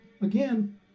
again